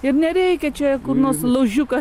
ir nereikia čia kur nors laužiuką